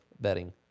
betting